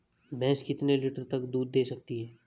भैंस कितने लीटर तक दूध दे सकती है?